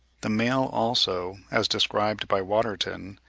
the male, also, as described by waterton,